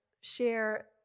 share